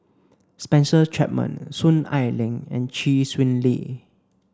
Spencer Chapman Soon Ai Ling and Chee Swee Lee